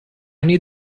need